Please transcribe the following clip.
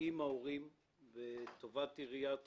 עם ההורים וטובת עיריית חולון.